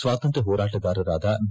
ಸ್ವಾತಂತ್ರ್ಯ ಹೋರಾಟಗಾರರಾದ ಬಿ